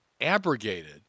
abrogated